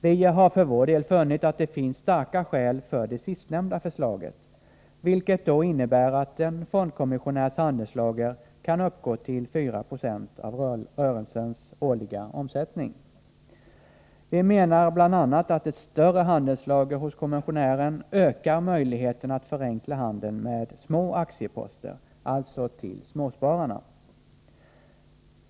Vi har för vår del funnit att det finns starka skäl för det sistnämnda förslaget, vilket då innebär att en fondkommissionärs handelslager kan uppgå till 4 26 av rörelsens årliga omsättning. Vi menar bl.a. att ett större handelslager hos kommissionärerna ökar möjligheten att förenkla handeln med små aktieposter — alltså till småspararna.